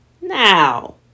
Now